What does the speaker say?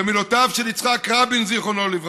במילותיו של יצחק רבין ז"ל,